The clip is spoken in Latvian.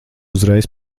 uzreiz